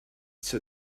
said